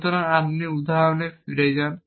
সুতরাং যদি আপনি উদাহরণে ফিরে যান